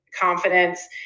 confidence